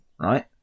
right